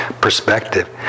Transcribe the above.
perspective